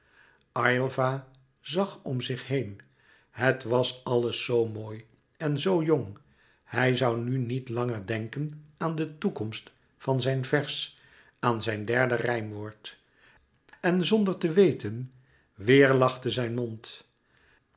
aylva zag om zich heen het was alles zoo mooi en zoo jong hij zoû nu niet langer denken aan de toekomst van zijn vers aan zijn derde rijmwoord en zonder te weten weêr lachte zijn mond